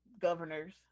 governors